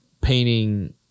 painting